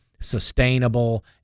Sustainable